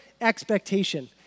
expectation